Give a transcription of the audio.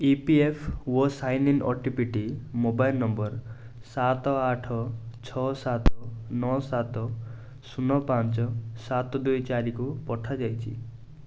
ଇ P F ଓ sign in ଓଟିପିଟି mobile number ସାତ ଆଠ ଛଅ ସାତ ନଅ ସାତ ଶୂନ ପାଞ୍ଚ ସାତ ଦୁଇ ଚାରିକୁ ପଠାଯାଇଛି